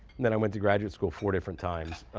then i went to graduate school four different times.